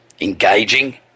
engaging